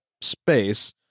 space